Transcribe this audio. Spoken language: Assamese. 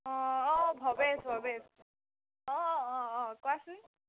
ভৱেশ অঁ ভৱেশ হয় হয় হয় কোৱাচোন